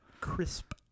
Crisp